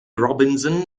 robinson